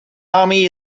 army